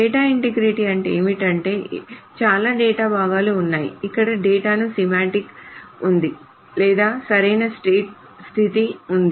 data integrity అంటే ఏమిటంటే చాలా డేటా భాగాలూ ఉన్నాయి ఇక్కడ డేటాకు సెమాంటిక్స్ ఉంది లేదా సరైన స్థితి ఉంది